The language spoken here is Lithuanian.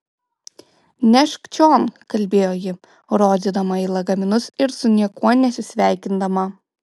nešk čion kalbėjo ji rodydama į lagaminus ir su niekuo nesisveikindama